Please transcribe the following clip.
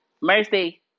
Mercy